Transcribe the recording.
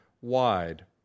wide